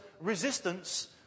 resistance